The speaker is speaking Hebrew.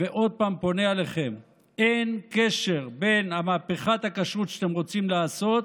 ועוד פעם פונה אליכם: אין קשר בין מהפכת הכשרות שאתם רוצים לעשות